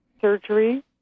surgery